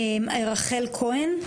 רחל כהן,